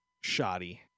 Shoddy